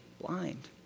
blind